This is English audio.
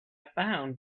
found